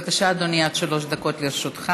בבקשה, אדוני, עד שלוש דקות לרשותך.